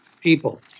people